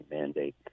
mandate